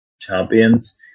champions